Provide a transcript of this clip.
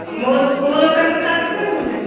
ମୋ କେଉଁ ଦୋକାନରୁ ଚାଟ୍ ଖୁଆଇବୁ ମୋତେ